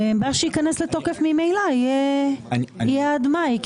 ומה שייכנס לתוקף ממילא יהיה עד מאי,